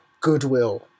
goodwill